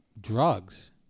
drugs